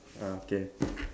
uh okay